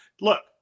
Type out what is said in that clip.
Look